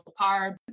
carb